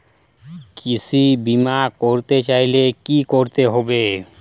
কৃষি বিমা করতে চাইলে কি করতে হবে?